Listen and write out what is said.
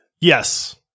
Yes